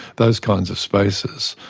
those kinds of spaces,